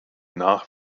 nach